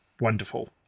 wonderful